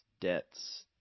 debts